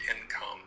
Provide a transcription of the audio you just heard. income